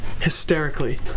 hysterically